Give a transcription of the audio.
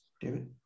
David